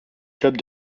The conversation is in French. club